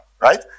right